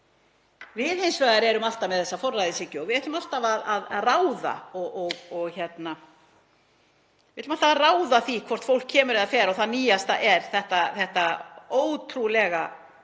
Við erum hins vegar alltaf með þessa forræðishyggju og við ætlum alltaf að ráða. Við ætlum alltaf að ráða því hvort fólk kemur eða fer og það nýjasta eru þessir ótrúlegu